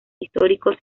históricos